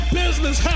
business